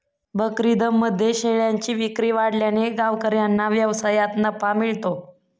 बकरीदमध्ये शेळ्यांची विक्री वाढल्याने गावकऱ्यांना व्यवसायात नफा मिळतो